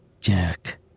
Jack